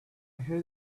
heard